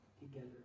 together